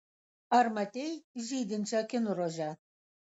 ar matei žydinčią kinrožę